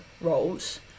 roles